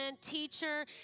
teacher